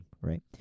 right